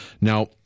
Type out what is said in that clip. Now